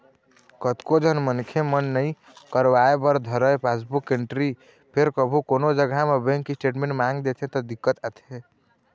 कतको झन मनखे मन नइ करवाय बर धरय पासबुक एंटरी फेर कभू कोनो जघा म बेंक स्टेटमेंट मांग देथे त दिक्कत आथे